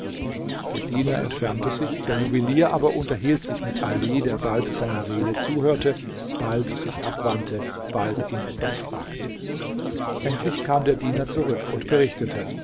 der diener entfernte sich der juwelier aber unterhielt sich mit ali der bald seiner rede zuhörte bald sich abwandte bald ihn etwas fragte endlich kam der diener zurück und berichtete